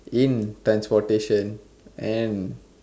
in transportation and